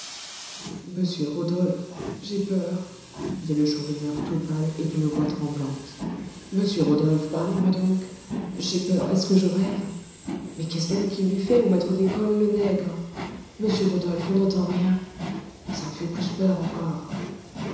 monsieur rodolphe j'ai peur dit le chourineur tout pâle et d'une voix tremblante monsieur rodolphe parlez-moi donc j'ai peur est-ce que je rêve mais qu'est-ce donc qu'il lui fait au maître d'école le nègre monsieur rodolphe on n'entend rien ça me fait plus peur encore